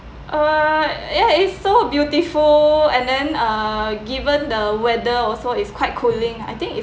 uh ya is so beautiful and then uh given the weather also is quite cooling I think